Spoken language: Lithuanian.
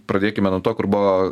pradėkime nuo to kur buvo